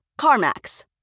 CarMax